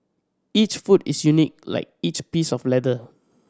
each foot is unique like each piece of leather